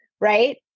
right